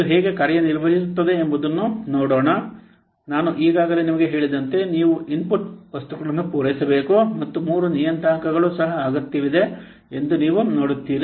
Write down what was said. ಇದು ಹೇಗೆ ಕಾರ್ಯನಿರ್ವಹಿಸುತ್ತದೆ ಎಂಬುದನ್ನು ನೋಡೋಣ ನಾನು ಈಗಾಗಲೇ ನಿಮಗೆ ಹೇಳಿದಂತೆ ನೀವು ಇನ್ಪುಟ್ ವಸ್ತುಗಳನ್ನು ಪೂರೈಸಬೇಕು ಮತ್ತು ಮೂರು ನಿಯತಾಂಕಗಳು ಸಹ ಅಗತ್ಯವೆಂದು ನೀವು ನೋಡುತ್ತೀರಿ